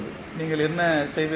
எனவே நீங்கள் என்ன செய்வீர்கள்